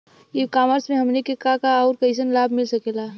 ई कॉमर्स से हमनी के का का अउर कइसन लाभ मिल सकेला?